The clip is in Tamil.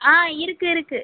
ஆ இருக்கு இருக்கு